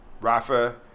Rafa